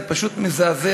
זה פשוט מזעזע,